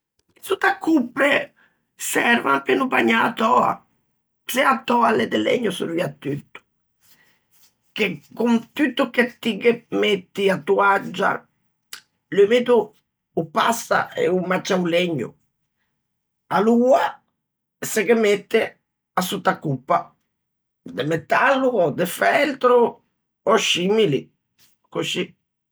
E sottacoppe servan pe no bagnâ a töa, se a töa a l'é de legno sorviatutto, che con tutto che ti ghe metti a toaggia, l'umido o passa e o maccia o legno. Aloa se ghe mette e sottacoppe, de metallo ò de feltro ò scimili, coscì.